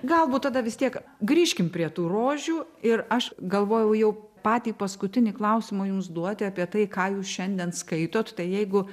galbūt tada vis tiek grįžkim prie tų rožių ir aš galvojau jau patį paskutinį klausimą jums duoti apie tai ką jūs šiandien skaitot tai jeigu